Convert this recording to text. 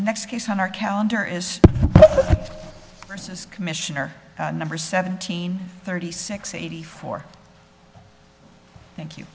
next case on our calendar is first as commissioner number seventeen thirty six eighty four thank you